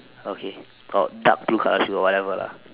okay uh dark blue colour shoe or whatever lah